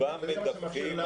שרובם מדווחים,